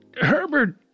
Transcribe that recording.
Herbert